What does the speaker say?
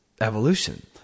evolution